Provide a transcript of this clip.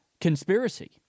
conspiracy